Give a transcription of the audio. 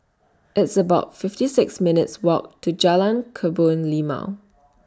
It's about fifty six minutes' Walk to Jalan Kebun Limau